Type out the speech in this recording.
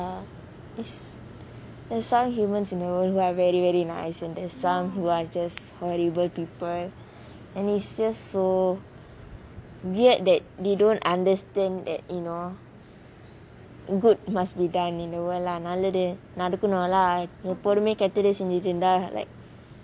ya there's there's some humans here in the world are very very nice and there's some who are just horrible people and is just so weird that they don't understand that you know good must be done in the world lah நல்லது நடக்கணும்:nallathu nadakkanum leh எப்போதுமே கேட்டது செஞ்சிட்டு இருந்தா:epothumae kaetathu senjitu irunthaa like